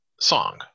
song